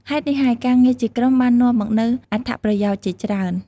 ហេតុនេះហើយការងារជាក្រុមបាននាំមកនូវអត្ថប្រយោជន៍ជាច្រើន។